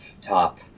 top